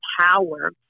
power